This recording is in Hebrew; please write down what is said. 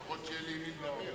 לפחות שיהיה לו עם מי לדבר.